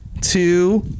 two